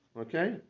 Okay